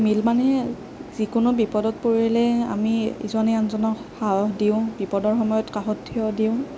মিল মানে যিকোনো বিপদত পৰিলে আমি ইজনে আনজনক সাহস দিওঁ বিপদৰ সময়ত কাষত থিয় দিওঁ